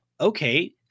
okay